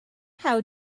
how